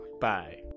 bye